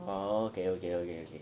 orh okay okay okay okay